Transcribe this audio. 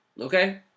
okay